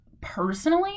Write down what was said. personally